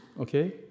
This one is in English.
Okay